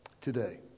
today